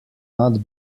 not